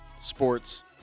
sports